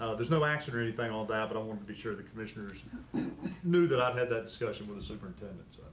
there's no action or anything all day, but i want to be sure the commissioners knew that i've had that discussion with a superintendent. so